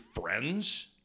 friends